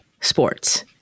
sports